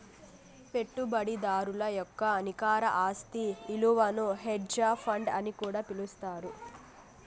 పెట్టుబడిదారుల యొక్క నికర ఆస్తి ఇలువను హెడ్జ్ ఫండ్ అని కూడా పిలుత్తారు